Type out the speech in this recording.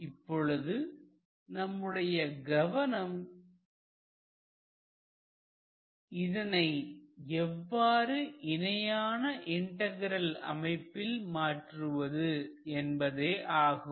இப்பொழுது நம்முடைய கவனம் இதனை எவ்வாறு இணையான இன்டகிரல் அமைப்பில் மாற்றுவது என்பதே ஆகும்